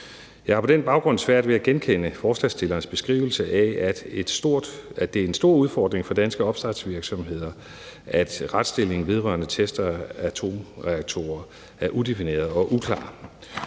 Jeg har på den baggrund svært ved at genkende forslagsstillernes beskrivelse af, at det er en stor udfordring for danske opstartsvirksomheder, at retsstillingen vedrørende test af atomreaktorer er udefineret og uklar,